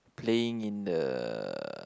playing in the